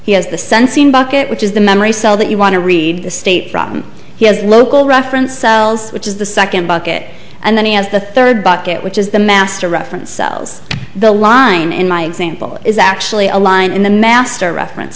he has the sensing bucket which is the memory cell that you want to read the state from his local reference which is the second bucket and then he has the third bucket which is the master reference the line in my example is actually a line in the master reference